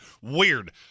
Weird